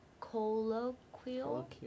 Colloquial